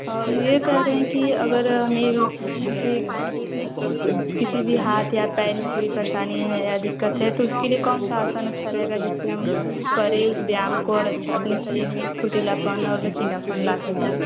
और ये कह रहे हैं कि अगर मेरे जैसे किसी भी हाथ या पैर में कोई परेशानी है या दिक़्क़त है तो उसके लिए कौन सा आसन अच्छा रहेगा जिससे हम करे उस व्यायाम को और अच्छा अपने शरीर में फुर्तीलापन और लचीलापन ला सकें